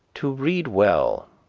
to read well,